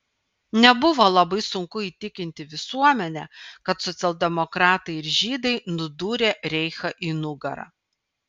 nebuvo labai sunku įtikinti visuomenę kad socialdemokratai ir žydai nudūrė reichą į nugarą